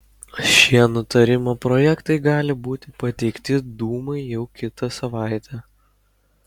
šie nutarimo projektai gali būti pateikti dūmai jau kitą savaitę